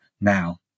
now